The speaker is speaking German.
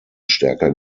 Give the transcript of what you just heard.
stärker